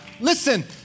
Listen